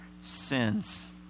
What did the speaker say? sins